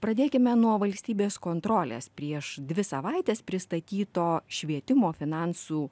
pradėkime nuo valstybės kontrolės prieš dvi savaites pristatyto švietimo finansų